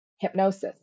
hypnosis